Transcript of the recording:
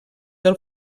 del